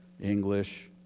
English